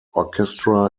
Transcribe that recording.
orchestra